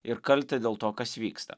ir kaltę dėl to kas vyksta